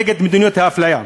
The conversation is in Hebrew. נגד מדיניות האפליה.